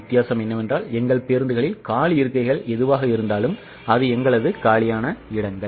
வித்தியாசம் என்னவென்றால் எங்கள் பேருந்துகளில் காலி இருக்கைகள் எதுவாக இருந்தாலும் அது எங்களது காலியான இடங்கள்